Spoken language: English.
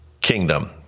kingdom